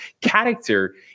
character